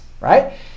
right